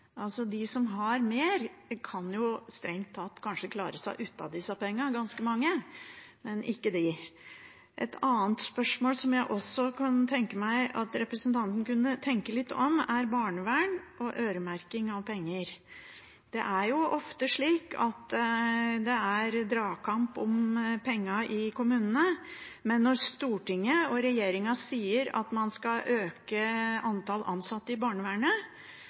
De som har mer, kan jo strengt tatt kanskje klare seg uten disse pengene, ganske mange av dem, men ikke disse familiene. Et annet spørsmål jeg også kunne tenke meg at representanten kunne si litt om, er barnevern og øremerking av penger. Det er ofte slik at det er dragkamp om pengene i kommunene. Stortinget og regjeringen sier at man skal øke antallet ansatte i barnevernet,